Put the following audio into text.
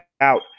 out